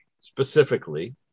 specifically